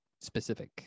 specific